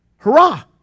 hurrah